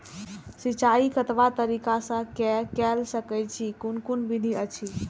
सिंचाई कतवा तरीका स के कैल सकैत छी कून कून विधि अछि?